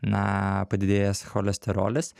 na padidėjęs cholesterolis